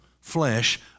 flesh